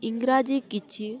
ଇଂରାଜୀ କିଛି